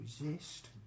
resist